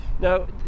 Now